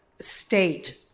state